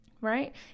right